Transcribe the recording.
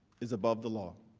is above the law.